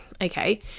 okay